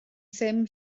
ddim